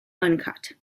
uncut